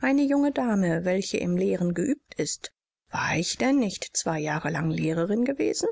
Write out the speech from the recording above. eine junge dame welche im lehren geübt ist war ich denn nicht zwei jahre lang lehrerin gewesen